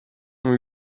ont